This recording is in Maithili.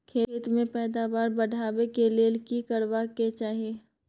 खेत के पैदावार बढाबै के लेल की करबा के चाही?